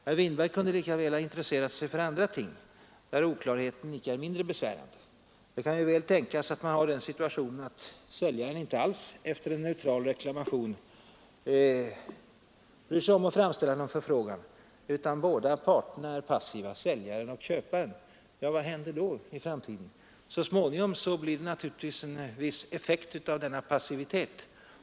Herr Winberg kunde lika väl ha intresserat sig för andra detaljer där oklarheten inte är mindre besvärande. Det kan ju tänkas att man har den situationen att säljaren efter en neutral reklamation inte alls bryr sig om att framställa någon förfrågan, utan båda parterna är passiva. Vad händer då? Så småningom blir det naturligtvis en viss effekt av denna passivitet.